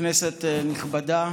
כנסת נכבדה,